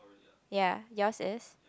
ya yours is